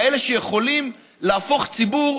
כאלה שיכולים להפוך ציבור